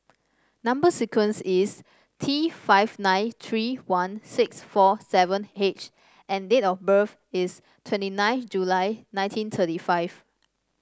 number sequence is T five nine three one six four seven H and date of birth is twenty nine July nineteen thirty five